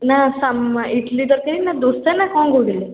ନା ସାମ ଇଟ୍ଲି ତରକାରୀ ନା ଦୋସା ନା କ'ଣ କହୁଥିଲେ